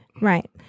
Right